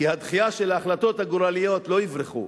כי הדחייה של ההחלטות הגורליות, לא יברחו.